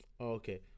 okay